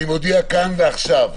אני מודיע כאן ועכשיו,